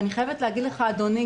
אני מופתעת,